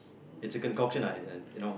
it's a concoction ah in there you know